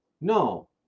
No